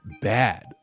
bad